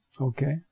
Okay